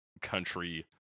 country